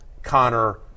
Connor